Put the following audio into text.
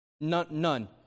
None